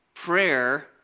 Prayer